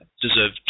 deserve